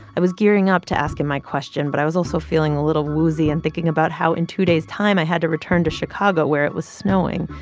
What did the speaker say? i was gearing up to ask him my question, but i was also feeling a little woozy and thinking about how, in two days' time, i had to return to chicago, where it was snowing.